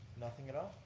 nothing at all?